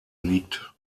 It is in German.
liegt